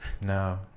no